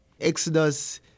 Exodus